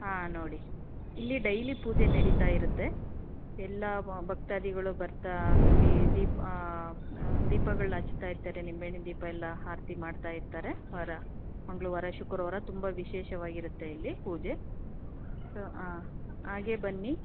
ಹಾಂ ನೋಡಿ ಇಲ್ಲಿ ಡೈಲಿ ಪೂಜೆ ನಡೀತಾ ಇರುತ್ತೆ ಎಲ್ಲ ವ ಭಕ್ತಾದಿಗಳು ಬರ್ತಾ ಇಲ್ಲಿ ದೀಪ ದೀಪಗಳು ಹಚ್ತಾ ಇರ್ತಾರೆ ನಿಂಬೆ ಹಣ್ಣಿನ ದೀಪ ಎಲ್ಲ ಆರತಿ ಮಾಡ್ತಾ ಇರ್ತಾರೆ ವಾರ ಮಂಗಳವಾರ ಶುಕ್ರವಾರ ತುಂಬ ವಿಶೇಷವಾಗಿರುತ್ತೆ ಇಲ್ಲಿ ಪೂಜೆ ಸೊ ಹಾಂ ಹಾಗೇ ಬನ್ನಿ